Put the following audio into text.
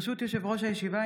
ברשות יושב-ראש הישיבה,